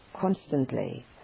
constantly